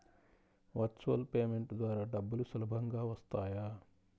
Virtual payment ద్వారా డబ్బులు సులభంగా వస్తాయా?